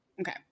Okay